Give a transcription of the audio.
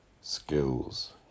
skills